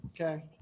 Okay